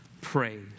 praise